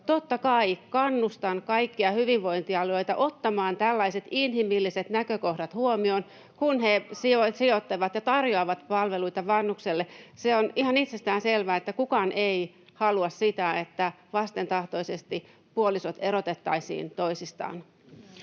Totta kai kannustan kaikkia hyvinvointialueita ottamaan tällaiset inhimilliset näkökohdat huomioon, kun ne sijoittavat ja tarjoavat palveluita vanhukselle. Se on ihan itsestään selvää, että kukaan ei halua sitä, että vastentahtoisesti puolisot erotettaisiin toisistaan.